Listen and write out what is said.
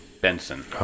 Benson